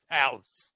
house